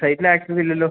സൈറ്റിൽ ആക്സസില്ലല്ലോ